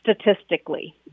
statistically